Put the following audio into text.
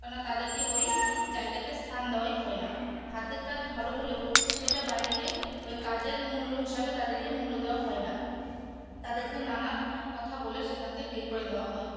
কেননা তাদেরকে ওই জায়গাতে স্থান দেওয়াই হয় না হাতের কাজ ভালো হলেও সেটা বাইরে গিয়ে ওই কাজের মূল্য হিসাবে তাদেরকে মূল্য দেওয়া হয় না তাদেরকে নানা কথা বলে সেখান থেকে বের করে দেওয়া হয়